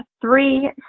three